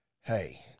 hey